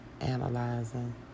analyzing